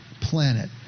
planet